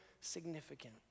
significant